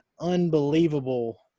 unbelievable